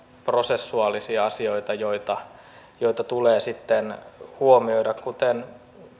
prosessuaalisia asioita joita joita tulee sitten huomioida kuten